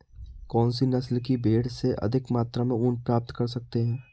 कौनसी नस्ल की भेड़ से अधिक मात्रा में ऊन प्राप्त कर सकते हैं?